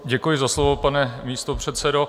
Děkuji za slovo, pane místopředsedo.